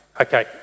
Okay